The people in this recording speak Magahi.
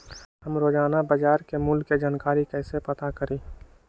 हम रोजाना बाजार मूल्य के जानकारी कईसे पता करी?